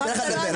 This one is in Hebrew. אני אתן לך לדבר.